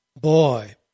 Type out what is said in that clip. Boy